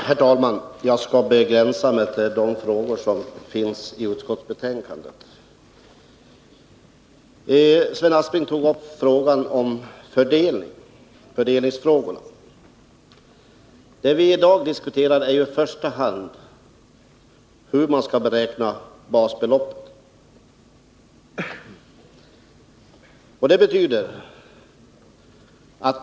Herr talman! Jag skall begränsa mig till de frågor som upptas i utskottsbetänkandet. Sven Aspling berörde fördelningsfrågorna. Vad vi i dag diskuterar är i första hand hur basbeloppet skall beräknas.